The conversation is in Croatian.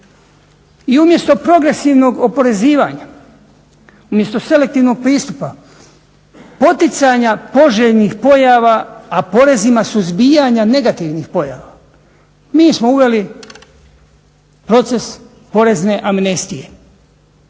I umjesto progresivnog oporezivanja umjesto selektivnog pristupa poticanja poželjnih pojava, a porezima suzbijanja negativnih pojava mi smo uveli proces porezne amnestije